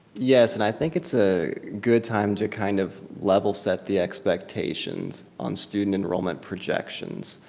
yes and i think it's a good time to kind of level set the expectations on student enrollment projections.